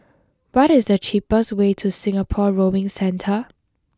what is the cheapest way to Singapore Rowing Centre